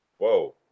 Whoa